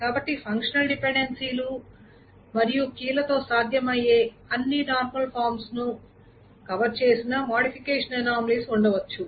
కాబట్టి ఫంక్షనల్ డిపెండెన్సీలు మరియు కీ లతో సాధ్యమయ్యే అన్ని నార్మల్ ఫామ్స్ ను కవర్ చేసినా మోడిఫికేషన్ అనామలీస్ ఉండవచ్చు